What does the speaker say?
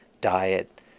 diet